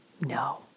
No